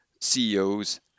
CEOs